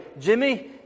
Jimmy